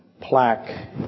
plaque